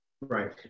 Right